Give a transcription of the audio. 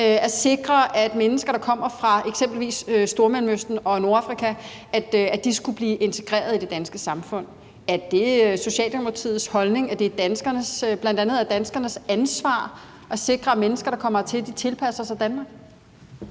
at sikre, at mennesker, der kom fra eksempelvis Stormellemøsten og Nordafrika, skulle blive integreret i det danske samfund. Er det Socialdemokratiets holdning, at det bl.a. er danskernes ansvar at sikre, at mennesker, der kommer hertil, tilpasser sig Danmark?